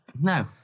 No